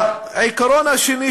העיקרון השני,